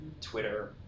Twitter